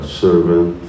servant